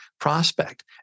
prospect